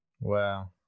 Wow